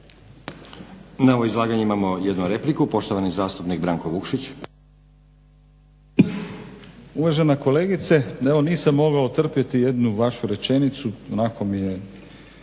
Na ovo izlaganje imamo jednu repliku poštovani zastupnik Branko Vukšić.